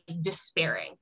despairing